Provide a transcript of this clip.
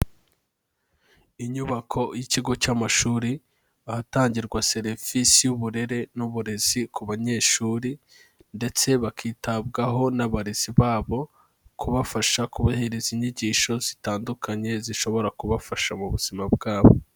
Inyubako y'ikigo cy'amashuri, ahatangirwa serivisi y'uburere n'uburezi ku banyeshuri ndetse bakitabwaho n'abarezi babo, kubafasha kubahiriza inyigisho zitandukanye zishobora kubafasha mu buzima bwabo.